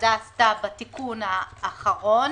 שהוועדה עשתה בתיקון האחרון,